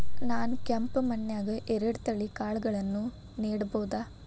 ನಾನ್ ಕೆಂಪ್ ಮಣ್ಣನ್ಯಾಗ್ ಎರಡ್ ತಳಿ ಕಾಳ್ಗಳನ್ನು ನೆಡಬೋದ?